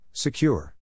Secure